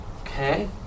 Okay